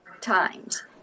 times